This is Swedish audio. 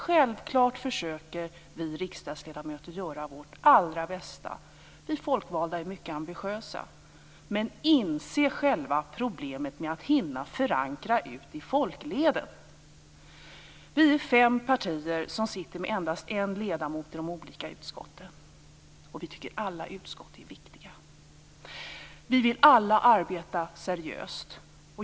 Självfallet försöker vi riksdagsledamöter göra vårt allra bästa. Vi folkvalda är mycket ambitiösa. Men inse själva problemet med att hinna förankra ut i folkleden! Vi är fem partier som har endast en ledamot i de olika utskotten. Vi tycker att alla utskott är viktiga. Vi vill alla arbeta seriöst.